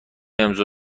امضا